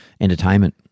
entertainment